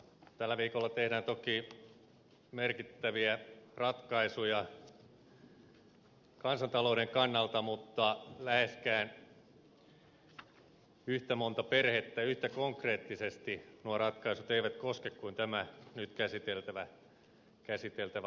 tällä viikolla tehdään toki merkittäviä ratkaisuja kansantalouden kannalta mutta läheskään yhtä monta perhettä yhtä konkreettisesti nuo ratkaisut eivät koske kuin tämä nyt käsiteltävä laki